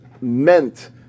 meant